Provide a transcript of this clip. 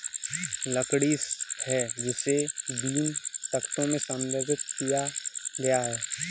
लकड़ी है जिसे बीम, तख्तों में संसाधित किया गया है